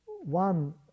One